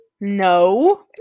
No